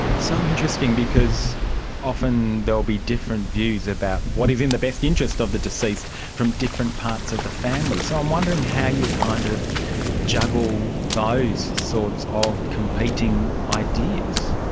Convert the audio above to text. so interesting, because often there will be different views about what is in the best interest of the deceased from different parts of the family. so i'm wondering how you kind of juggle those sorts of competing ideas.